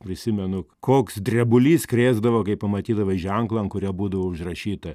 prisimenu koks drebulys krėsdavo kai pamatydavai ženklą ant kurio būdavo užrašyta